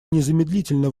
незамедлительно